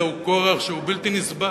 זהו כורח שהוא בלתי נסבל.